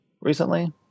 recently